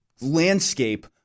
landscape